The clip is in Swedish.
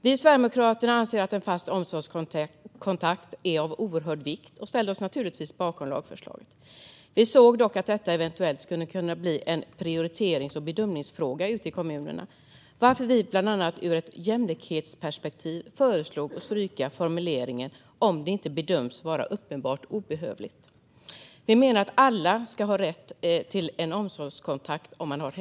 Vi i Sverigedemokraterna anser att en fast omsorgskontakt är av oerhörd vikt och ställde oss naturligtvis bakom lagförslaget. Vi såg dock att detta eventuellt skulle kunna bli en prioriterings och bedömningsfråga ute i kommunerna, varför vi bland annat ur ett jämlikhetsperspektiv föreslog att formuleringen "om det inte bedöms vara uppenbart obehövligt" skulle strykas. Vi menar att alla som har hemtjänst ska ha rätt till en omsorgskontakt.